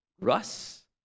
Russ